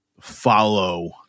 follow